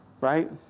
Right